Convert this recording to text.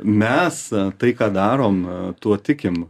mes tai ką darom tuo tikim